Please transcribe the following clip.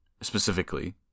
Specifically